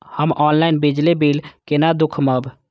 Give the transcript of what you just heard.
हम ऑनलाईन बिजली बील केना दूखमब?